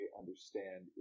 understand